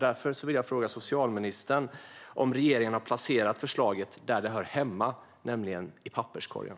Därför vill jag fråga socialministern om regeringen har placerat förslaget där det hör hemma, nämligen i papperskorgen.